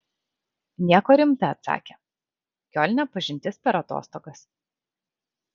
nieko rimta atsakė kiolne pažintis per atostogas